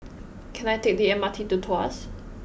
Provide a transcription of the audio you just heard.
can I take the M R T to Tuas